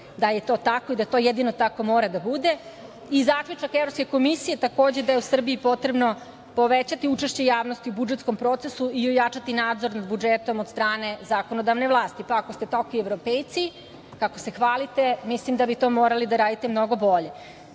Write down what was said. da je to tako i da to jedino tako mora da bude, i zaključak Evropske komisije takođe da je u Srbiji potrebno povećate učešće javnosti u budžetskom procesu i ojačati nadzor nad budžetom od strane zakonodavne vlasti, pa ako ste toliki evropejci, kako se hvalite, mislim da bi to morali da radite mnogo bolje. Da